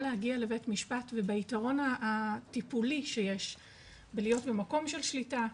להגיע לבית משפט וביתרון הטיפולי שיש בלהיות במקום של שליטה,